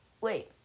wait